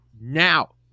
now